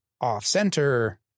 off-center